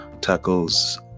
tackles